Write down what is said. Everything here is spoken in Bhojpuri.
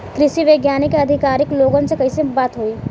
कृषि वैज्ञानिक या अधिकारी लोगन से कैसे बात होई?